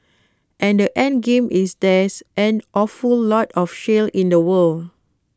and the endgame is there's an awful lot of shale in the world